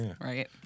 right